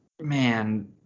Man